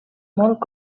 molt